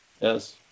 Yes